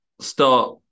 start